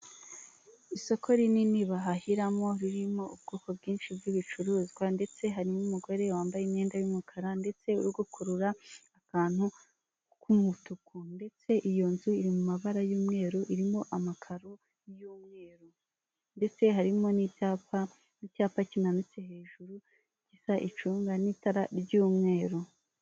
Isoko rinini bahahiramo ririmo ubwoko bwinshi bw'ibicuruzwa ndetse harimo umugore wambaye imyenda y'umukara, ndetse uri gukurura akantu k'umutuku, ndetse iyo nzu iri mu mabara y'umweru irimo amakaroy'umweru, ndetse harimo n'icyapa n'icyapa kimanitse hejuru gisa icunga n'itara ry'umweru.